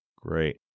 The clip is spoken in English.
Great